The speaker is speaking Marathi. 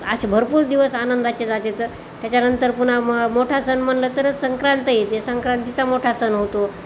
असे भरपूर दिवस आनंदाचे जातात त्याच्यानंतर पुन्हा मोठा सण म्हटलं तरच संक्रांत येते संक्रांतीचा मोठा सण होतो